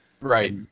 Right